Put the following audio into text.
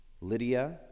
Lydia